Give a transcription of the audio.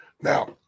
Now